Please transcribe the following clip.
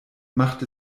macht